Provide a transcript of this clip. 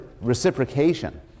reciprocation